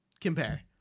compare